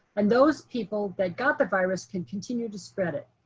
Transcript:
and those people that got the virus can continue to spread it.